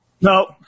No